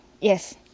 Yes